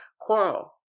quarrel